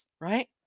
right